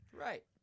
Right